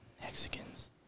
Mexicans